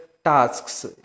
Tasks